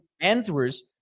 answers